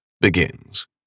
begins